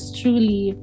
truly